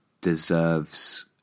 deserves